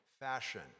fashion